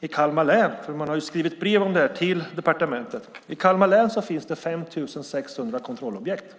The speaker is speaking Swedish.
eftersom man har skrivit brev om detta till departementet, att det i Kalmar län finns 5 600 kontrollobjekt.